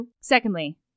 secondly